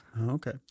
Okay